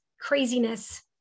craziness